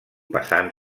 passant